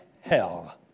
hell